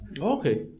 Okay